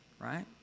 right